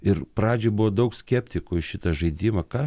ir pradžioj buvo daug skeptikų į šitą žaidimą ką